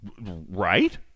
Right